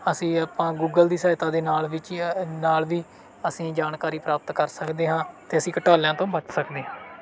ਅਸੀਂ ਆਪਾਂ ਗੂਗਲ ਦੀ ਸਹਾਇਤਾ ਦੇ ਨਾਲ ਵਿੱਚ ਨਾਲ ਵੀ ਅਸੀਂ ਜਾਣਕਾਰੀ ਪ੍ਰਾਪਤ ਕਰ ਸਕਦੇ ਹਾਂ ਅਤੇ ਅਸੀਂ ਘੁਟਾਲਿਆਂ ਤੋਂ ਬਚ ਸਕਦੇ